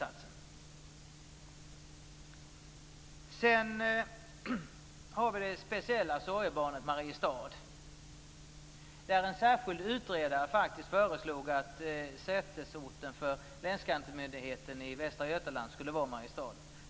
Sedan har vi det speciella sorgebarnet Mariestad. Länsskattemyndigheten i Västra Götalands län skulle vara Mariestad.